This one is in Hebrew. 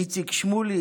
איציק שמולי,